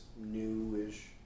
new-ish